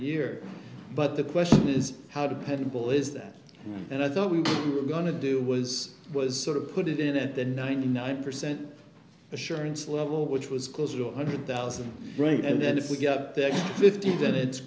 year but the question is how dependable is that and i thought we were going to do was was sort of put it at the ninety nine percent assurance level which was closer to one hundred thousand francs and then if we got fifty that it's